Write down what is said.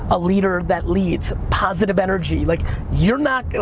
a leader that leads positive energy. like you're not.